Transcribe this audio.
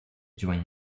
join